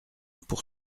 pour